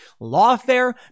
Lawfare